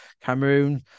Cameroon